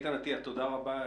תודה רבה.